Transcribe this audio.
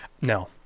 no